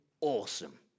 awesome